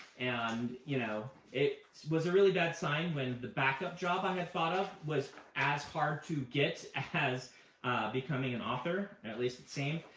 and you know it was a really bad sign when the backup job i had thought of was as hard to get as becoming an author, at least it seemed.